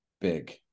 Big